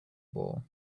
ball